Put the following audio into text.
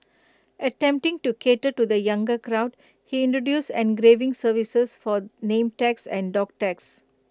attempting to cater to the younger crowd he introduced engraving services for name tags and dog tags